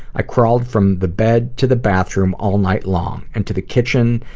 i crawled from the bed to the bathroom all night long and to the kitchen,